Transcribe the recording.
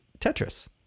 Tetris